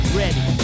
ready